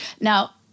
Now